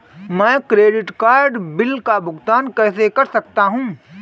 मैं credit card bill का भुगतान कैसे कर सकता हूं?